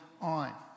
on